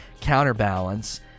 counterbalance